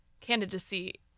candidacy